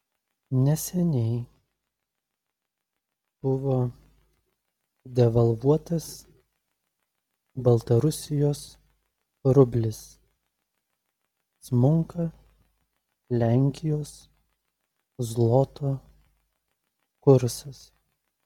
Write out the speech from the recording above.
neseniai buvo devalvuotas baltarusijos rublis smunka lenkijos zloto kursas